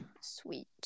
sweet